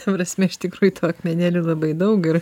ta prasme iš tikrųjų tų akmenėlių labai daug ir